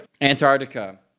Antarctica